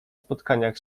spotkaniach